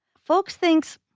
folks thinks.